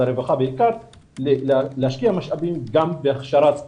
הרווחה להשקיע משאבים גם בהכשרת ההורים,